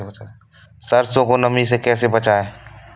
सरसो को नमी से कैसे बचाएं?